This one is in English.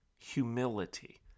humility